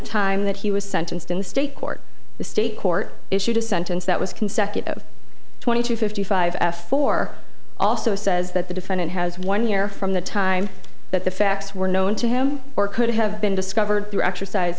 time that he was sentenced in the state court the state court issued a sentence that was consecutive twenty to fifty five f for also says that the defendant has one year from the time that the facts were known to him or could have been discovered through exercise